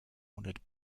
honored